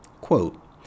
Quote